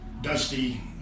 Dusty